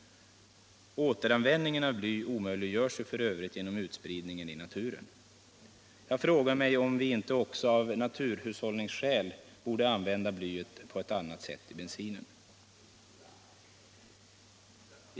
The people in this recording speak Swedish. Återanvändningen av bly omöjliggörs f.ö. genom utspridningen i naturen. Jag frågar mig om vi inte också av resurshushållningsskäl borde använda blyet på ett annat sätt än i bensinen.